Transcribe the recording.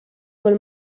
col